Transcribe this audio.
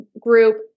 group